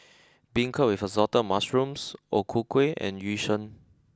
Beancurd with Assorted Mushrooms O Ku Kueh and Yu Sheng